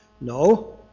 No